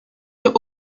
sur